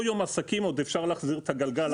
יום עסקים עוד אפשר להחזיר את הגלגל לאחור.